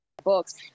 books